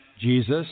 Jesus